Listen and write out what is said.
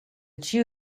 jiu